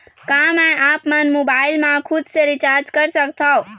का मैं आपमन मोबाइल मा खुद से रिचार्ज कर सकथों?